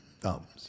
thumbs